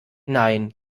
nein